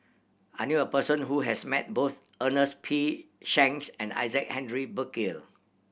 I knew a person who has met both Ernest P Shanks and Isaac Henry Burkill